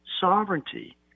sovereignty